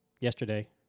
yesterday